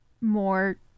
more